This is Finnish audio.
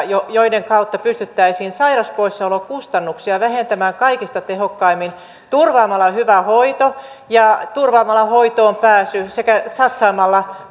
joiden vähentämisen kautta pystyttäisiin sairauspoissaolokustannuksia vähentämään kaikista tehokkaimmin turvaamalla hyvä hoito ja turvaamalla hoitoon pääsy sekä satsaamalla